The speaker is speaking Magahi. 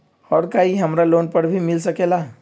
और का इ हमरा लोन पर भी मिल सकेला?